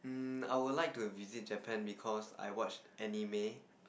um I will like to visit Japan because I watch anime